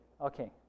Okay